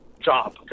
job